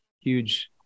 huge